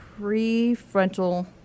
prefrontal